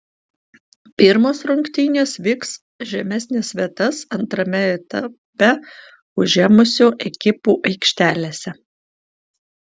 pirmos rungtynės vyks žemesnes vietas antrame etape užėmusių ekipų aikštelėse